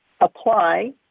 apply